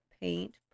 paint